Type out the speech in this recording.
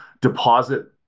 deposit